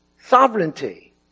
Sovereignty